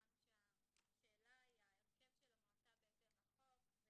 הבנו שהשאלה היא ההרכב של המועצה בהתאם לחוק ולכן